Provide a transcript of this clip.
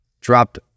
dropped